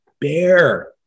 bear